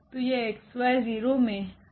तो यह xy0 में 0 एलिमेंट है